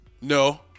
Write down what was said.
No